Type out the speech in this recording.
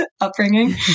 upbringing